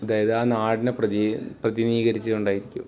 അതായത് ആ നാടിനെ പ്രതിനിധീകരിച്ചുകൊണ്ടായിരിക്കും